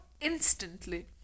instantly